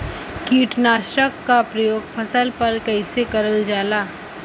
कीटनाशक क प्रयोग फसल पर कइसे करल जाला?